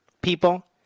people